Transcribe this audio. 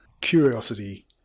curiosity